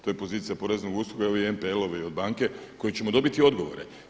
To je pozicija poreznog uskoka i NPL-ovi od banke koji ćemo dobiti odgovore.